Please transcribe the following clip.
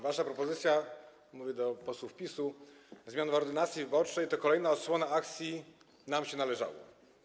Wasza propozycja, mówię do posłów PiS-u, zmian w ordynacji wyborczej to kolejna odsłona akcji: nam się należało.